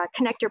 connector